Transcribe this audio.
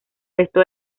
resto